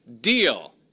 deal